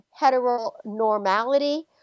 heteronormality